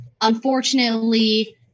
Unfortunately